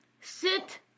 Sit